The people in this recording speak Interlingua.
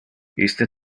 iste